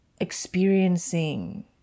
experiencing